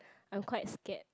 I'm quite scared